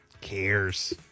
cares